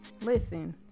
listen